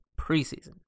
preseason